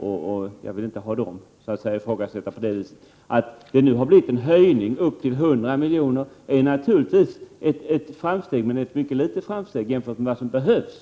Jag vill inte ha dem ifrågasatta på detta sätt. Att det nu har blivit en höjning upp till 100 miljoner är naturligtvis ett framsteg men ett mycket litet framsteg jämfört med vad som behövs.